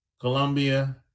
colombia